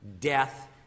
death